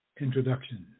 introduction